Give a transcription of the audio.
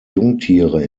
jungtiere